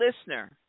listener